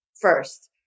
first